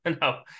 no